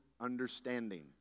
understanding